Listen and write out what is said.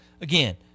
again